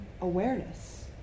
awareness